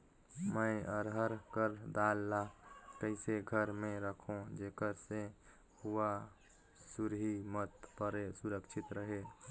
मैं अरहर कर दाल ला कइसे घर मे रखों जेकर से हुंआ सुरही मत परे सुरक्षित रहे?